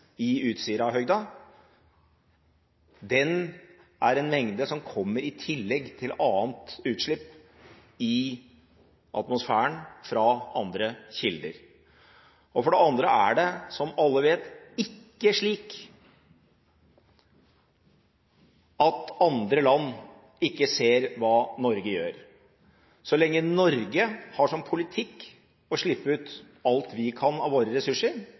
den fysiske oljemengden og den fysiske karbonmengden som finnes i Utsirahøyden, en mengde som kommer i tillegg til annet utslipp i atmosfæren fra andre kilder. For det andre er det, som alle vet, ikke slik at andre land ikke ser hva Norge gjør. Så lenge Norge har som politikk å slippe ut alt vi kan av våre